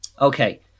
Okay